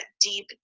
deep